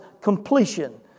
completion